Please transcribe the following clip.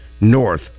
north